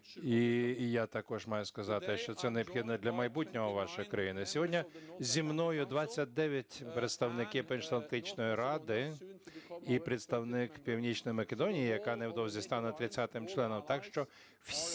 І я також маю сказати, що це необхідно для майбутнього вашої країни. Сьогодні зі мною 29 представників Північноатлантичної ради і представник Північної Македонії, яка невдовзі стане 30 членом.